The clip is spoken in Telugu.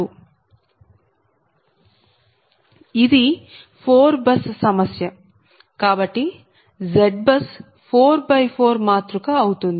ఇది 4 బస్ సమస్య కాబట్టి ZBUS 4 X 4 మాతృక అవుతుంది